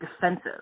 defensive